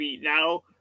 now